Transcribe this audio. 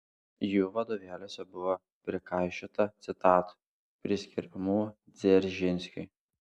jų vadovėliuose buvo prikaišiota citatų priskiriamų dzeržinskiui